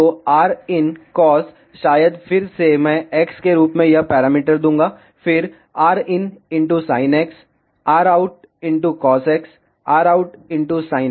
तो rin cos शायद फिर से मैं x के रूप में यह पैरामीटर दूंगा फिर rin sin x rout cos x rout sinx